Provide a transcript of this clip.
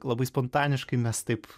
labai spontaniškai mes taip